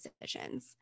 decisions